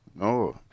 No